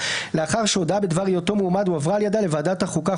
לאחר שהודעה בדבר היותו מועמד הועברה על ידה לוועדת החוקה,